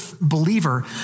believer